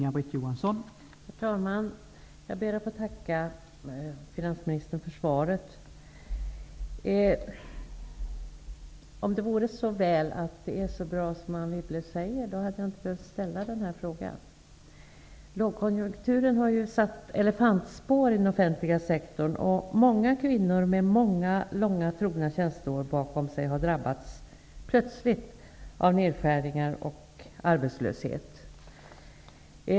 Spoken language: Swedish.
Herr talman! Jag ber att få tacka finansministern för svaret. Om det vore så väl att det är så bra som Anne Wibble säger hade jag inte behövt ställa den här frågan. Lågkonjunkturen har satt elefantspår i den offentliga sektorn. Många kvinnor med många trogna tjänsteår bakom sig har plötsligt drabbats av nedskärningar och arbetslöshet.